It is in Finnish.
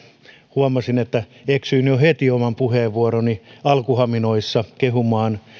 huomasin että eksyin jo heti oman puheenvuoroni alkuhaminoissa kehumaan